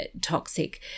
toxic